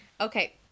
okay